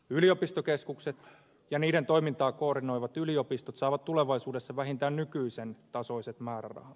yliopistokeskukset ja niiden toimintaa koordinoivat yliopistot saavat tulevaisuudessa vähintään nykyisen tasoiset määrärahat